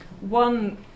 One